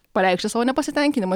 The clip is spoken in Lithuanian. pareikšti savo nepasitenkinimą